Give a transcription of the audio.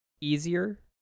easier